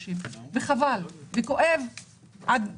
וחבל, זה כואב עד מאוד.